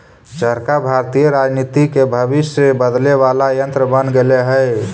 चरखा भारतीय राजनीति के भविष्य बदले वाला यन्त्र बन गेले हई